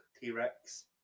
T-Rex